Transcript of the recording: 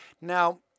Now